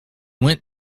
went